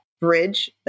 bridge